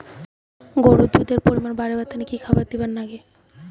গরুর দুধ এর পরিমাণ বারেবার তানে কি খাবার দিবার লাগবে?